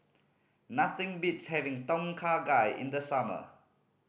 nothing beats having Tom Kha Gai in the summer